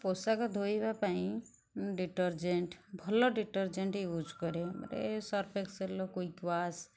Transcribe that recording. ପୋଷାକ ଧୋଇବା ପାଇଁ ମୁଁ ଡିଟରର୍ଜେଣ୍ଟ୍ ଭଲ ଡିଟରର୍ଜେଣ୍ଟ୍ ୟୁଜ୍ କରେ ସର୍ଫ୍ ଏକ୍ସେଲ୍ ର କୁଇକ୍ ୱାଶ୍